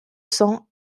cents